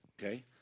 Okay